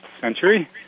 century